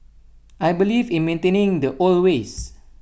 I believe in maintaining the old ways